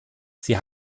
sie